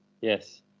yes